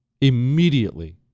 immediately